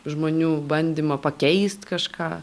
žmonių bandymą pakeist kažką